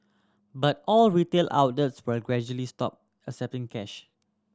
but all retail outlets will gradually stop accepting cash